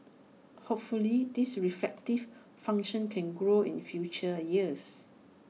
hopefully this reflective function can grow in future years